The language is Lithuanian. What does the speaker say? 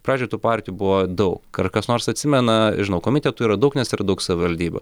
pradžioj tų partijų buvo daug ar kas nors atsimena žinau komitetų yra daug nes yra daug savivaldybių